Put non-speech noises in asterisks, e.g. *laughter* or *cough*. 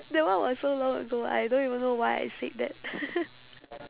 that one was so long ago I don't even know why I said that *noise*